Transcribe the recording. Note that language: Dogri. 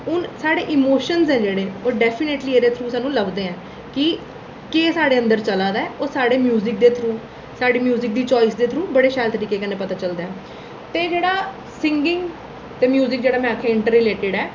हून साढ़े इमोशन न जेह्ड़े ओह् डैफिनेटली एह्दे च स्हान्नू लभदे न कि केह् साढ़े अंदर चलै दा ऐ साढ़े म्युजिक दे थ्रू साढ़े म्युजिक दी चाइस दे थ्रू बड़ा शैल तरीके कन्नै पता चलदा ऐ ते जेह्ड़ा सींगिंग ते म्युजिक जेह्ड़ा में आखेआ इंटर रिलेटड़ ऐ